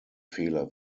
fehler